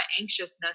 anxiousness